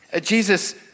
Jesus